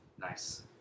Nice